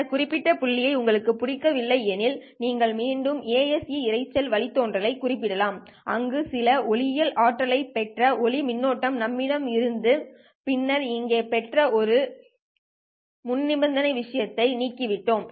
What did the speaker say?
இந்த குறிப்பிட்ட புள்ளியை உங்களுக்கு பிடிக்கவில்லை எனில் நீங்கள் மீண்டும் ASE இரைச்சல் வழித்தோன்றலை குறிப்பிடலாம் அங்கு சில ஒளியியல் ஆற்றலை பெற்ற ஒளி மின்னோட்டம் நம்மிடம் இருந்தது பின்னர் இங்கே பெற்ற அந்த முன் நிபந்தனை விஷயத்தை நீக்கிவிட்டோம்